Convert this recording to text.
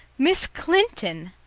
miss clinton!